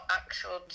actual